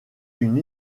une